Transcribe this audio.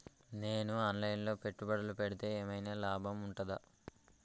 నేను online లో పెట్టుబడులు పెడితే ఏమైనా లాభం ఉంటదా?